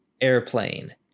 Airplane